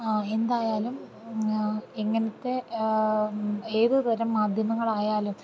എന്തായാലും എങ്ങനത്തെ ഏതുതരം മാധ്യമങ്ങളായാലും